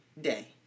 day